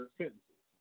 sentences